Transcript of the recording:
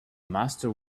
master